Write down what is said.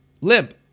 Limp